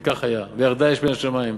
וכך היה, ירדה אש מן השמים,